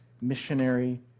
missionary